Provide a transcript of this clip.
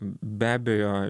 be abejo